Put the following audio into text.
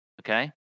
Okay